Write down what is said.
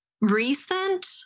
recent